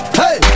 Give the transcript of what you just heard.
hey